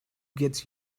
gets